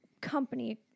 company